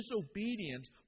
disobedience